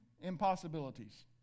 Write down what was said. impossibilities